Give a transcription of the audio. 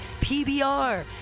pbr